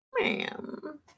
Ma'am